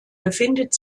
befindet